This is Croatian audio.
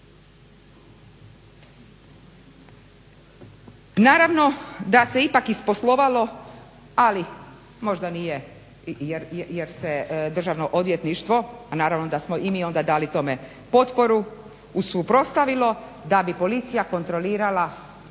Naravno da se ipak isposlovalo ali možda nije jer se Državno odvjetništvo a naravno da smo i mi onda dali tome potporu suprotstavilo da bi policija kontrolirala odbačaje